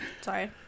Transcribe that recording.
Sorry